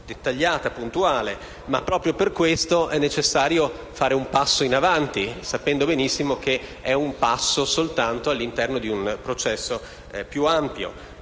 dettagliata e puntuale, ma proprio per questo è necessario fare un passo in avanti, sapendo benissimo che è soltanto un passo all'interno di un processo più ampio.